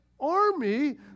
army